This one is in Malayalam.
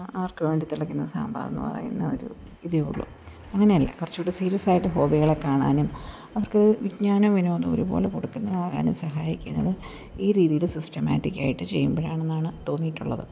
ആർക്ക് വേണ്ടി തിളക്കുന്ന സാമ്പാർ എന്ന് പറയുന്ന ഒരു ഇതേ ഉള്ളൂ അങ്ങനെയല്ല കുറച്ചുകൂടെ സീരിയസ് ആയിട്ട് ഹോബികളെ കാണാനും അവർക്ക് വിജ്ഞാനവും വിനോദവും ഒരുപോലെ കൊടുക്കുന്നതാകാനും സഹായിക്കുന്നത് ഈ രീതിയിൽ സിസ്റ്റമാറ്റിക്ക് ആയിട്ട് ചെയ്യുമ്പോഴാണെന്നാണ് തോന്നിയിട്ടുള്ളത്